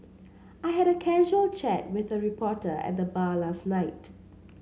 I had a casual chat with a reporter at the bar last night